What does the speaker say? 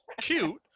cute